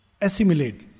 assimilate